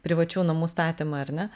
privačių namų statymą ar ne